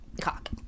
cock